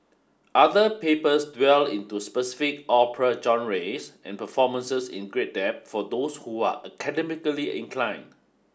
other papers dwell into specific opera genres and performances in great depth for those who are academically inclined